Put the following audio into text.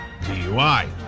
DUI